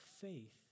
faith